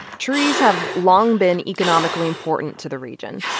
trees have long been economically important to the region.